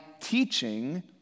teaching